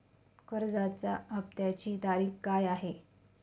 कर्जाचा हफ्त्याची तारीख काय आहे?